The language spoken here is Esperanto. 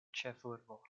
ĉefurbo